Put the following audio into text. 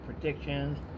predictions